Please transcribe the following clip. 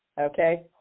okay